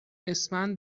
اسفند